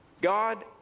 God